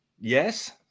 Yes